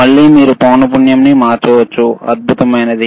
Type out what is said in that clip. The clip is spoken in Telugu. మళ్ళీ మీరు పౌనపున్యంని మార్చవచ్చు అద్భుతమైనది